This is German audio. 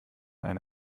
eine